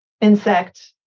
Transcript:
insect